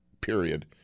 period